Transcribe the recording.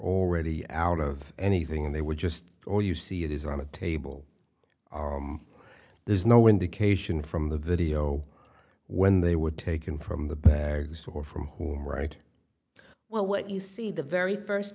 already out of anything and they were just all you see it is on a table there's no indication from the video when they were taken from the bags or from whom right well what you see the very first